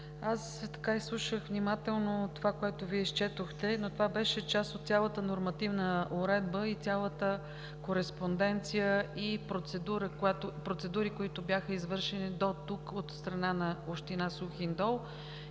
Министър, изслушах внимателно това, което Вие изчетохте, но това беше част от цялата нормативна уредба, цялата кореспонденция и процедурите, които бяха извършени дотук от страна на община Сухиндол,